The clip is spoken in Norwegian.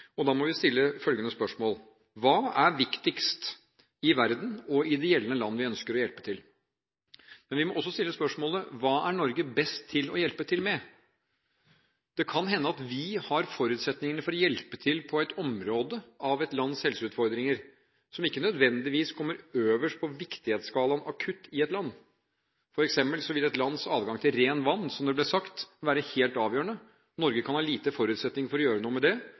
og da må vi stille følgende spørsmål: Hva er viktigst i verden og i de gjeldende land som vi ønsker å hjelpe? Men vi må også stille spørsmålet: Hva er Norge best til å hjelpe til med? Det kan hende at vi har forutsetningene for å hjelpe til på et område av et lands helseutfordringer som ikke nødvendigvis kommer øverst på viktighetsskalaen akutt i et land. For eksempel vil et lands adgang til rent vann – som det ble sagt – være helt avgjørende. Norge kan ha få forutsetninger for å gjøre noe med det,